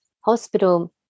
hospital